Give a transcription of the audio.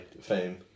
fame